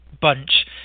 bunch